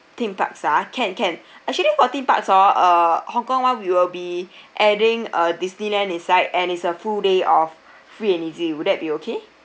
theme parks ah can can actually for theme parks oh uh hong kong [one] we will be adding a Disneyland inside and it's a full day of free and easy would that be okay